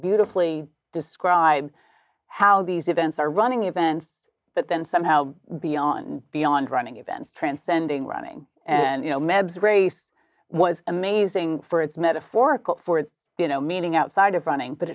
beautifully describe how these events are running events but then somehow beyond beyond running events transcending running and you know mabs race was amazing for its metaphorical for it you know meaning outside of running but